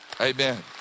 Amen